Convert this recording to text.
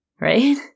right